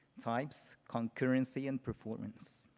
types, concurrency, and performance.